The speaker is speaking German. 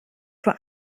vor